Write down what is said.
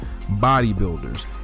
bodybuilders